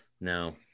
No